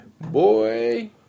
boy